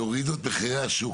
יורידו את מחירי השוק.